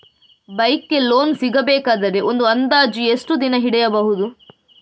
Bike ಗೆ loan ಸಿಗಬೇಕಾದರೆ ಒಂದು ಅಂದಾಜು ಎಷ್ಟು ದಿನ ಹಿಡಿಯಬಹುದು?